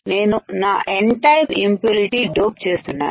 నేను నా N type impurity dope చేస్తున్నాను